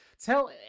tell